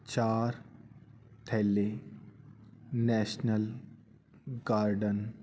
ਚਾਰ ਥੈਲੇ national garden